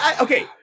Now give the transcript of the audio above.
Okay